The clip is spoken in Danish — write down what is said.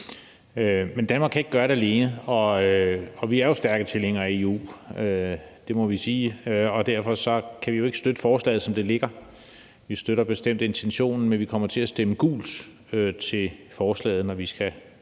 Men Danmark kan ikke gøre det alene, og vi er jo stærke tilhængere af EU, det må vi sige, og derfor kan vi jo ikke støtte forslaget, som det ligger. Vi støtter bestemt intentionen, men vi kommer til at stemme gult til forslaget, når vi skal